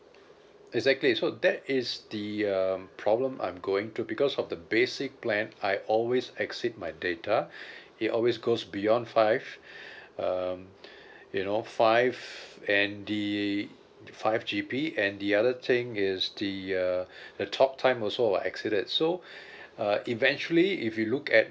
exactly so that is the uh problem I'm going to because of the basic plan I always exceed my data it always goes beyond five um you know five and the five G_B and the other thing is the uh the talk time also exceeded so uh eventually if you look at